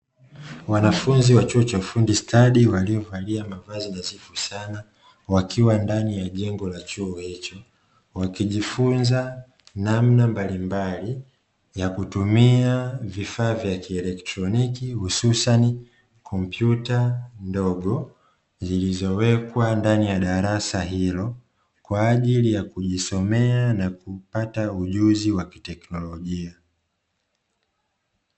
Wanafunzi wa chuo cha ufundi stadi, waliovalia mavazi nadhifu sana, wakiwa ndani ya chuo hicho wakijifunza namna mbalimbali ya kutumia vifaa vya kielektroniki, hususani kompyuta ndogo zilizowekwa ndani ya darasa hilo kwa ajili ya kujisomea na kupata ujuzi wa kiteknolojia.